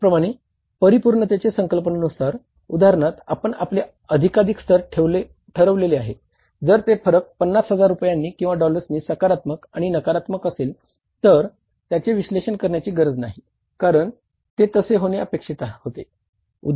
त्याचप्रमाणे परिपूर्णतेच्या संकल्पनेनुसार उदाहरणार्थ आपण आपले अधिकाधिक स्तर ठरवलेले आहे जर थे फरक 50 हजार रुपयांनी किंवा डॉलर्सनी सकारात्मक किंवा नकारात्मक असेल तर त्याचे विश्लेषण करण्याची गरज नाही कारण ते तसे होणे अपेक्षित होते